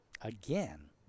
Again